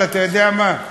אבל אתה יודע מה?